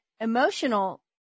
emotional